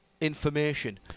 information